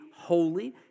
holy